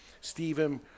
Stephen